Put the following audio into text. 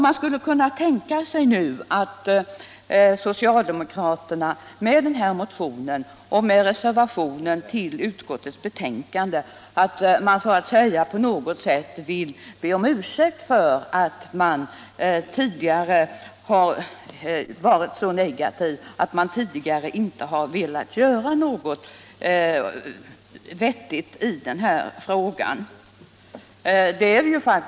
Man skulle kunna tänka sig att socialdemokraterna med denna motion och reservation på något sätt vill be om ursäkt för att de tidigare varit så negativa, för att de tidigare inte velat göra någonting vettigt i frågan.